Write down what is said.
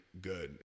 good